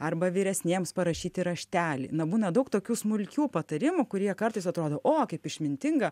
arba vyresniems parašyti raštelį na būna daug tokių smulkių patarimų kurie kartais atrodo o kaip išmintinga